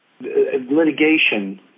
litigation